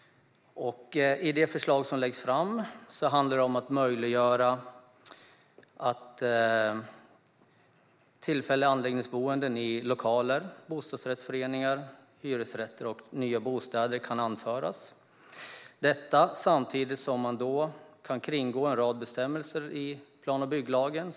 I det förslag som läggs fram handlar det om att möjliggöra att tillfälliga anläggningsboenden kan inrättas i lokaler, bostadsrättsföreningar, hyresrätter och nya bostäder. Samtidigt kan man då kringgå en rad bestämmelser i plan och bygglagen.